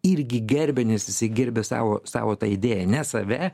irgi gerbia nes jisai gerbia savo savo tą idėją ne save